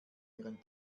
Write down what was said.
ihren